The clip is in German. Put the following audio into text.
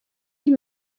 die